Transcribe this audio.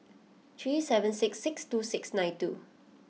three seven six six two six nine two